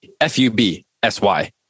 F-U-B-S-Y